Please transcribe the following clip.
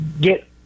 get –